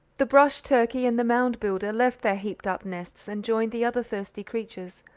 the brush turkey and the mound-builder left their heaped-up nests and joined the other thirsty creatures,